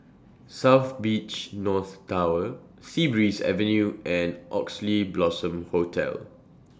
South Beach North Tower Sea Breeze Avenue and Oxley Blossom Hotel